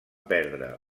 perdre